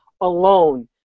alone